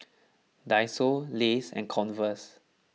Daiso Lays and Converse